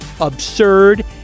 absurd